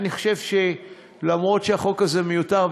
אני חושב שגם אם החוק הזה מיותר,